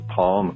Paul